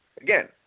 Again